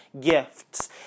gifts